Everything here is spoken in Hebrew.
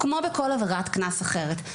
כמו בכל עבירת קנס אחרת.